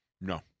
No